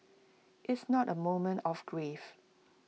it's not A moment of grief